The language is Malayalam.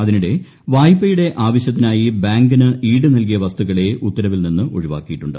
അതിനിടെ വായ്പയുടെ ആവ്ശ്യ്ത്തിനായി ബാങ്കിന് ഈട് നൽകിയ വസ്തുക്കളെ ഉത്തൂർവീൽ നിന്ന് ഒഴിവാക്കിയിട്ടുണ്ട്